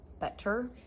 better